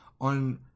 on